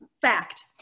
Fact